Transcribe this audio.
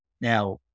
Now